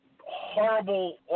horrible